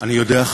אני יודע,